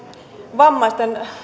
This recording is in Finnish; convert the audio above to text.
vammaisten